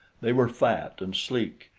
they were fat and sleek,